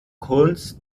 kunst